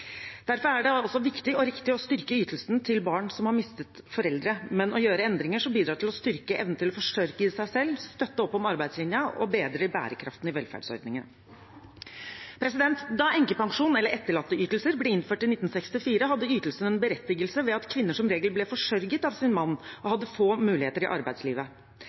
Derfor er det også viktig og riktig å styrke ytelsene til barn som har mistet foreldre, men å gjøre endringer som bidrar til å styrke evnen til å forsørge seg selv, støtte opp om arbeidslinjen og bedre bærekraften i velferdsordningene. Da enkepensjon eller etterlatteytelser ble innført i 1964, hadde ytelsene en berettigelse ved at kvinner som regel ble forsørget av sin mann og hadde få muligheter i arbeidslivet.